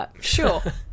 sure